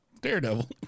Daredevil